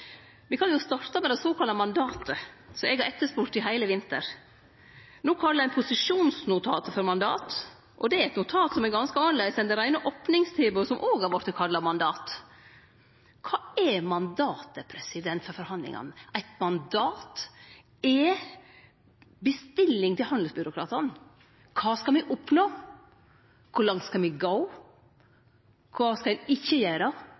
Vi kan jo starte med det sokalla mandatet, som eg har etterspurt i heile vinter. No kallar ein posisjonsnotatet for mandat, og det er eit notat som er ganske annleis enn det reine opningstilbodet som òg har vorte kalla mandat. Kva er mandatet for forhandlingane? Eit mandat er ei bestilling til handelsbyråkratane. Kva skal me oppnå? Kor langt skal me gå? Kva skal ein ikkje